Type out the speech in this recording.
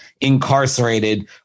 incarcerated